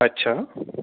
اچھا